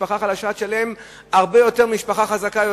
משפחה חלשה תשלם הרבה יותר ממשפחה חזקה,